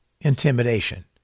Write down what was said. intimidation